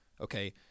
okay